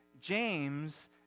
James